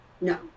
no